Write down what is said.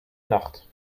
nacht